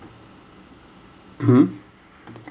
hmm